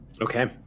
Okay